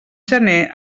gener